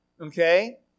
Okay